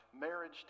marriage